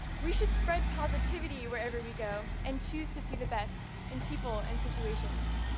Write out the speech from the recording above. we should spread positivity wherever we go and choose to see the best in people and situations.